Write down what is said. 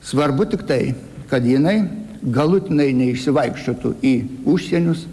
svarbu tiktai kad jinai galutinai neišsivaikščiotų į užsienius